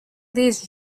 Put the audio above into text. these